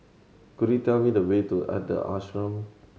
could you tell me the way to Ashram